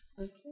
Okay